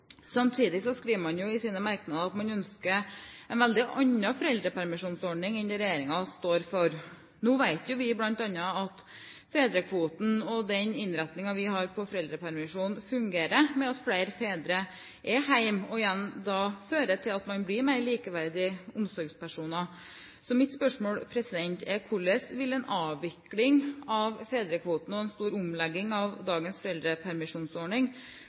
Samtidig skriver man jo i sine merknader at man ønsker en veldig annen foreldrepermisjonsordning enn det regjeringen står for. Nå vet jo vi bl.a. at fedrekvoten og den innretningen vi har på foreldrepermisjonen, fungerer ved at flere fedre er hjemme, som igjen fører til at man blir mer likeverdige omsorgspersoner. Så mitt spørsmål er: Hvordan vil en avvikling av fedrekvoten og en stor omlegging av dagens foreldrepermisjonsordning